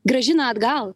grąžina atgal